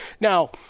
Now